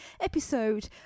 episode